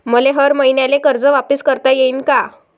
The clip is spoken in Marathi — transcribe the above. मले हर मईन्याले कर्ज वापिस करता येईन का?